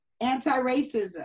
anti-racism